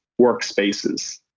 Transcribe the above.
workspaces